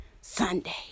Sunday